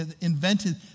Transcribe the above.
invented